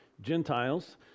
Gentiles